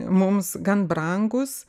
mums gan brangūs